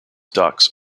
ducts